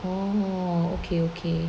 oh okay okay